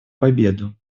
победу